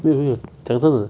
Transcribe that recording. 没有没有讲真的